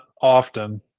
often